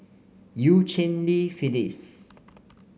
Eu Cheng Li Phyllis